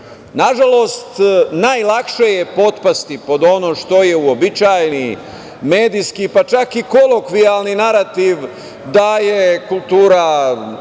kultura. Nažalost, najlakše je potpasti pod ono što je uobičajeni medijski, pa čak i kolokvijalni narativ da je kultura